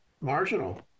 marginal